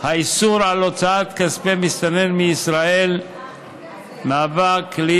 איסור הוצאת כספי מסתנן מישראל מהווה כלי